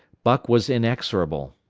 buck was inexorable.